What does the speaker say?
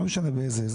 לא משנה באיזה אזור,